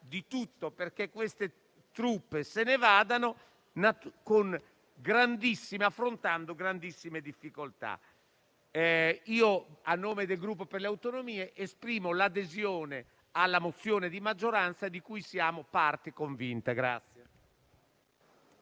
di tutto perché queste truppe se ne vadano, affrontando grandissime difficoltà. A nome del Gruppo per le Autonomie, esprimo l'adesione alla proposta di risoluzione di maggioranza, di cui siamo parte convinta.